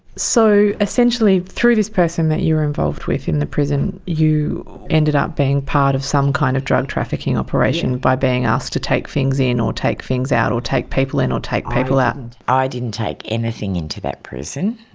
so essentially through this person that you were involved with in the present, you ended up being part of some kind of drug trafficking operation by being asked to take things in or take things out or take people in or take people out. and i didn't take anything into that prison,